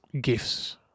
gifts